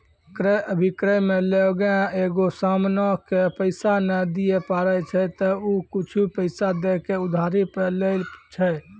क्रय अभिक्रय मे लोगें एगो समानो के पैसा नै दिये पारै छै त उ कुछु पैसा दै के उधारी पे लै छै